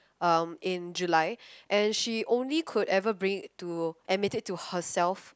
um in July and she only could ever bring it to admit it to herself